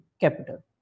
capital